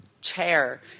chair